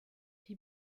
die